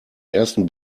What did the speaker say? ersten